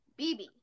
BB